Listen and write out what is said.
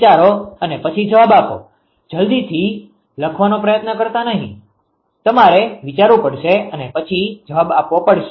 વિચારો અને પછી જવાબ આપો જલ્દીથી લખવાનો પ્રયત્ન કરતા નહિ તમારે વિચારવું પડશે અને પછી જવાબ આપવો પડશે